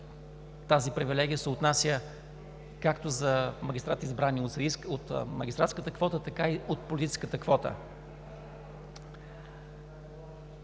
Тази привилегия се отнася както за магистрати, избрани от магистратската квота, така и от политическата квота.